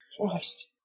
Christ